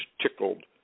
tickled